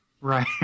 Right